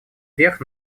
верх